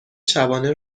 شبانه